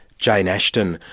jane ashton,